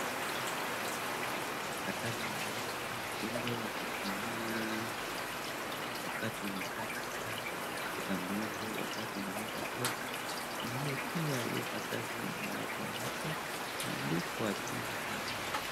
Naona karatasi ambayo ile ya kutumia wakati unakata kitambulisho wakati unalipa pesa, na hiyo pia karatasi imeletwa hapo ikaandukwa jina la mtu.